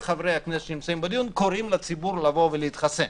קוראים לציבור לבוא ולהתחסן.